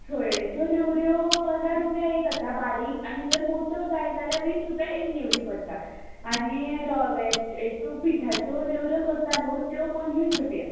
सयोच्यो नेवऱ्यो पंदरा रुपया एक आसा बारीक आनी जर मोठ्यो जाय जाल्या वीस रुपया एक नेवरी पडटा आनी रव्याची हाज्यो पिठाच्यो नेवऱ्यो करता न्हू त्यो पंचवीस रुपया